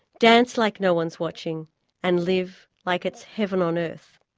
dance like no one's watching and live like it's heaven on earth.